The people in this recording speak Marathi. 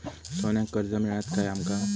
सोन्याक कर्ज मिळात काय आमका?